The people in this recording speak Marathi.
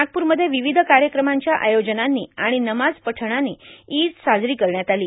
नागपूरमध्ये विविध कार्यक्रमांच्या आयोजनांनी आणि नमाज पठणानी ईद साजरी करण्यात आली